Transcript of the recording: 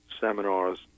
seminars